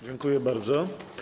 Dziękuję bardzo.